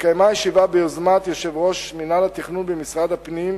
התקיימה ישיבה ביוזמת יושב-ראש מינהל התכנון במשרד הפנים,